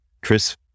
Chris